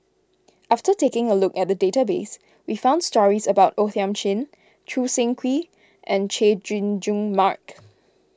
after taking a look at the database we found stories about O Thiam Chin Choo Seng Quee and Chay Jung Jun Mark